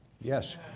Yes